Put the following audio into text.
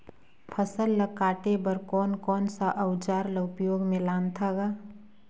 फसल ल काटे बर कौन कौन सा अउजार ल उपयोग में लानथा गा